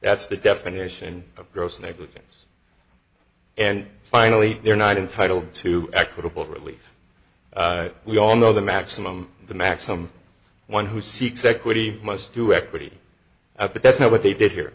that's the definition of gross negligence and finally they're not entitled to equitable relief we all know the maximum the max some one who seeks equity must do equity i've but that's not what they did here